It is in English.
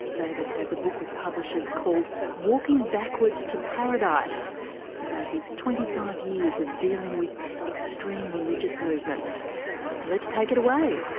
david has a book with publishers called walking backwards to paradise about his twenty five years of dealing with extreme religious movements. so let's take it away.